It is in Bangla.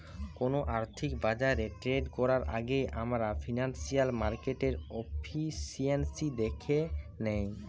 কোনো আর্থিক বাজারে ট্রেড করার আগেই আমরা ফিনান্সিয়াল মার্কেটের এফিসিয়েন্সি দ্যাখে নেয়